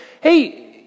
Hey